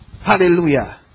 Hallelujah